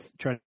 trying